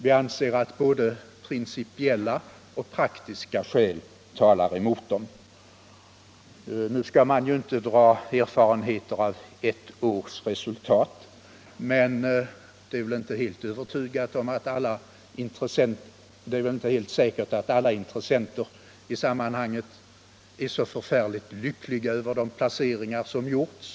Vi anser att både principiella 29 och praktiska skäl talar emot dem. Man skall naturligtvis inte dra några erfarenheter av bara ett års resultat, men det är väl inte säkert att alla intressenter i sammanhanget är så glada över de placeringar som gjorts.